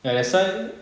ya that's why